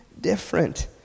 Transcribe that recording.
different